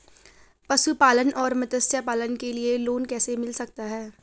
पशुपालन और मत्स्य पालन के लिए लोन कैसे मिल सकता है?